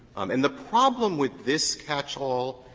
and the problem with this catch-all,